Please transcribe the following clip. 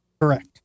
Correct